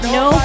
no